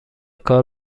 کار